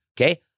Okay